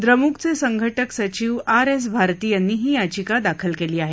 द्रमुकचे संघटक सचीव आर एस भारती यांनी ही याचिका दाखल केली आहे